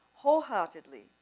wholeheartedly